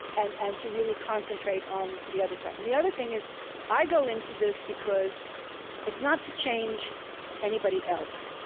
and and to really concentrate on the other side. and the other thing is i go into this because it's not to change anybody else,